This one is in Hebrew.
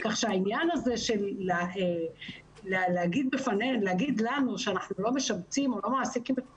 העניין הזה לומר לנו שאנחנו לא משבצים או לא מעסיקים את כולם,